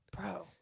bro